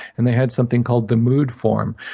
and they had something called the mood forum,